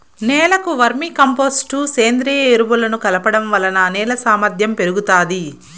నేలకు vermicompost, సేంద్రీయ ఎరువులను కలపడం వలన నేల సామర్ధ్యం పెరుగుతాది